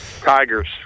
Tigers